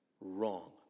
wrong